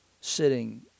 sitting